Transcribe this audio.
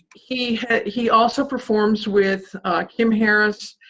he he also performs with kim harris,